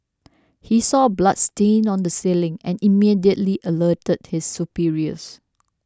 he saw bloodstain on the ceiling and immediately alerted his superiors